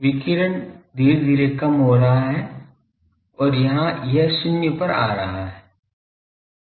विकिरण धीरे धीरे कम हो रहा है और यहां यह शून्य पर आ रहा है